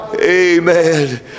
Amen